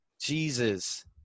Jesus